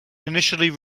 initially